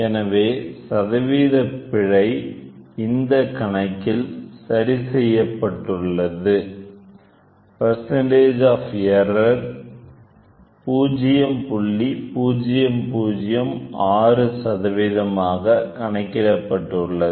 எனவேசதவீத பிழை இந்த கணக்கில் சரிசெய்யப்பட்டுள்ளது